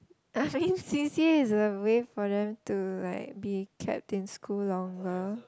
I think C_C_A is a way for them to like be kept in school longer